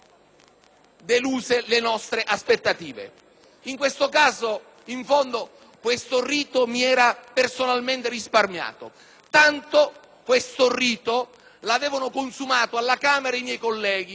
deludono le nostre aspettative. In questo caso, in fondo, questo rito mi era personalmente risparmiato, visto che era stato consumato alla Camera dai miei colleghi,